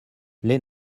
les